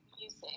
music